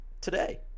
today